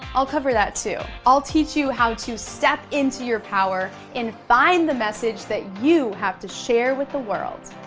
i'll cover that too. i'll teach you how to step into your power and find the message that you have to share with the world.